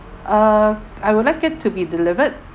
uh I would like it to be delivered